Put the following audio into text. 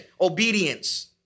obedience